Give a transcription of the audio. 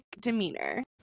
demeanor